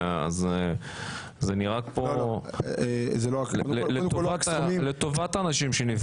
זה נראה כמו לטובת האנשים שנפגעו.